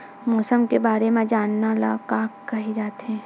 मौसम के बारे म जानना ल का कहे जाथे?